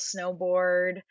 snowboard